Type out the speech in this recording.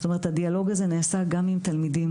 זאת אומרת הדיאלוג הזה נעשה גם עם תלמידים.